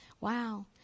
Wow